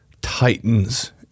titans